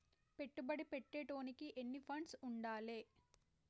పెట్టుబడి పెట్టేటోనికి ఎన్ని ఫండ్స్ ఉండాలే?